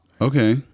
Okay